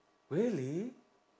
really